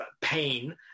pain